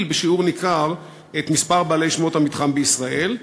בשיעור ניכר את מספר בעלי שמות המתחם בישראל,